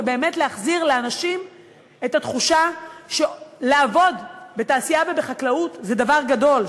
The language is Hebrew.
ובאמת להחזיר לאנשים את התחושה שלעבוד בתעשייה ובחקלאות זה דבר גדול,